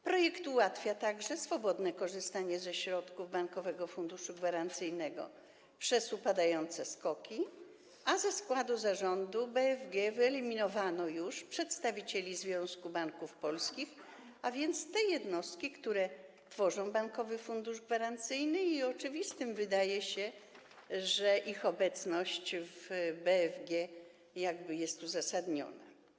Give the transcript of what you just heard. Projekt ułatwia także swobodne korzystanie ze środków Bankowego Funduszu Gwarancyjnego przez upadające SKOK-i, a ze składu Zarządu BFG wyeliminowano już przedstawicieli Związku Banków Polskich, a więc tych jednostek, które tworzą Bankowy Fundusz Gwarancyjny, i oczywiste wydaje się, że ich obecność w BFG jest uzasadniona.